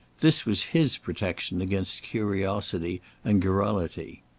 this was his protection against curiosity and garrulity.